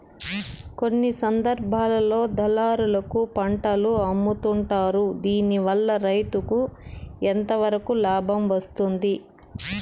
కొన్ని సందర్భాల్లో దళారులకు పంటలు అమ్ముతుంటారు దీనివల్ల రైతుకు ఎంతవరకు లాభం వస్తుంది?